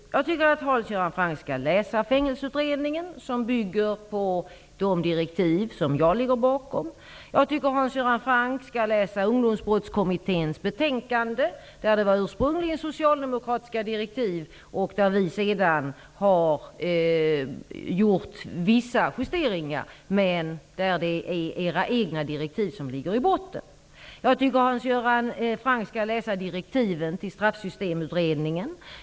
Jag tycker att Hans Göran Franck skall läsa Fängelseutredningen som bygger på de direktiv som jag ligger bakom. Jag tycker att Hans Göran Franck skall läsa Ungdomsbrottskommitténs betänkande där man ursprungligen hade socialdemokratiska direktiv och där vi sedan har gjort vissa justeringar; men det är era egna direktiv som ligger i botten. Jag tycker att Hans Göran Franck skall läsa direktiven till Straffsystemutredningen.